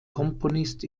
komponist